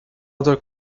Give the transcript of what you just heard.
other